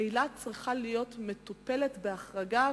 אילת צריכה להיות מטופלת בהחרגה,